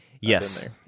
yes